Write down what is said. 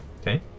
Okay